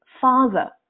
father